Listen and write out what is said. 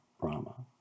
Brahma